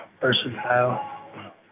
versatile